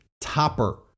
topper